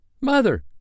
Mother